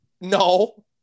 No